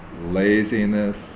laziness